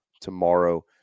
tomorrow